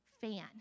fan